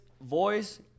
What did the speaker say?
voice